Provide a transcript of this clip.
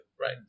Right